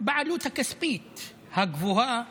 בעלות הכספית הגבוהה